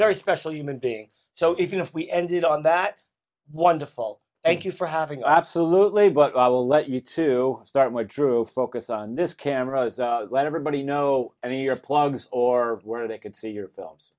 very special human being so if we ended on that wonderful thank you for having absolutely but i will let you to start where drew focus on this camera let everybody know and earplugs or where they could see your films